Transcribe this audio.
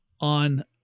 on